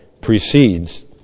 precedes